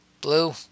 Blue